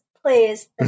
please